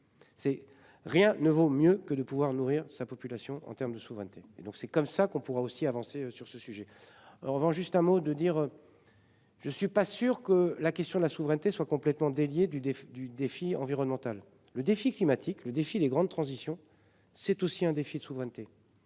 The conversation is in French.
C'est rien ne vaut mieux que de pouvoir nourrir sa population en termes de souveraineté et donc c'est comme ça qu'on pourra aussi avancer sur ce sujet. En revanche, juste un mot de dire. Je ne suis pas sûr que la question de la souveraineté soit complètement déliée du du défi environnemental le défi climatique. Le défilé grandes transitions. C'est aussi un défi de souveraineté